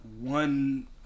one